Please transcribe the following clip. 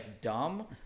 dumb